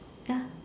ya